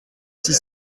six